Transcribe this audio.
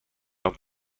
not